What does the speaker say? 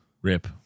Rip